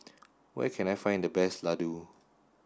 where can I find the best Ladoo